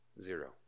zero